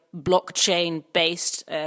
blockchain-based